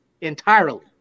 Entirely